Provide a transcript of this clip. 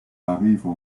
arrivent